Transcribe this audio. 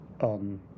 on